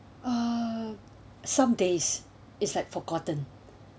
uh some days it's like forgotten